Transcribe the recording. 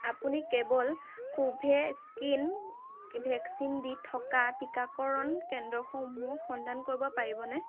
আপুনি কেৱল Covaxin vaccine দি থকা টীকাকৰণ কেন্দ্ৰসমূহ সন্ধান কৰিব পাৰিবনে